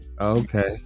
Okay